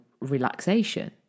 relaxation